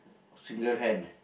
single hand ah